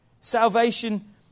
Salvation